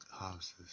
houses